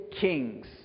kings